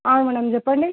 అవును మ్యాడమ్ చెప్పండి